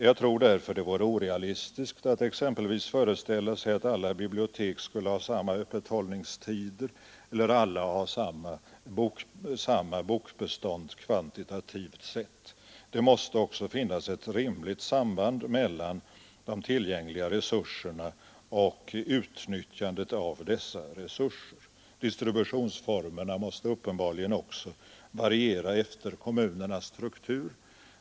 Jag tror därför det vore orealistiskt att exempelvis föreställa sig att alla bibliotek skulle ha samma öppethållandetider eller samma bokbestånd kvantitativt sett. Det måste finnas ett rimligt samband mellan de tillgängliga resurserna och utnyttjandet av dessa resurser. Distributionsformerna måste uppenbarligen också variera efter kommunernas struktur.